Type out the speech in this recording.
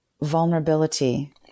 vulnerability